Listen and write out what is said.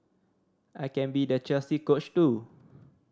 I can be the Chelsea Coach too